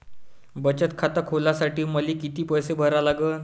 बचत खात खोलासाठी मले किती पैसे भरा लागन?